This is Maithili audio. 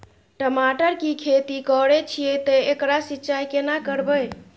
टमाटर की खेती करे छिये ते एकरा सिंचाई केना करबै?